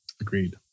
Agreed